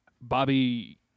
Bobby